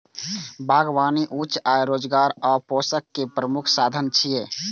बागबानी उच्च आय, रोजगार आ पोषण के प्रमुख साधन छियै